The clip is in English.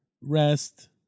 rest